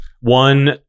one